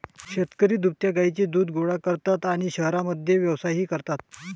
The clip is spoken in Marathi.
शेतकरी दुभत्या गायींचे दूध गोळा करतात आणि शहरांमध्ये व्यवसायही करतात